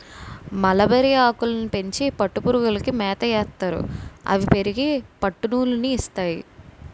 మలబరిఆకులని పెంచి పట్టుపురుగులకి మేతయేస్తారు అవి పెరిగి పట్టునూలు ని ఇస్తాయి